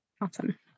Awesome